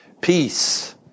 Peace